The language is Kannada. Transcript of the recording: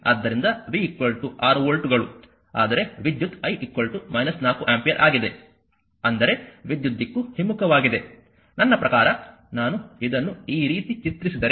ಆದ್ದರಿಂದ v 6 ವೋಲ್ಟ್ಗಳು ಆದರೆ ವಿದ್ಯುತ್ i 4 ಆಂಪಿಯರ್ ಆಗಿದೆ ಅಂದರೆ ವಿದ್ಯುತ್ ದಿಕ್ಕು ಹಿಮ್ಮುಖವಾಗಿದೆ ನನ್ನ ಪ್ರಕಾರ ನಾನು ಇದನ್ನು ಈ ರೀತಿ ಚಿತ್ರಿಸಿದರೆ